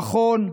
נכון,